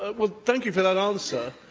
ah well, thank you for that answer.